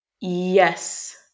Yes